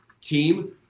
team